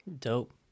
Dope